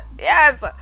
Yes